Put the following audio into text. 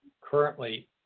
currently